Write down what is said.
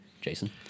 Jason